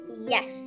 yes